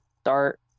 start